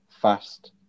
fast